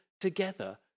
Together